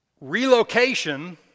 relocation